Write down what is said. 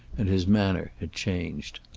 and his manner had changed.